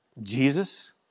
Jesus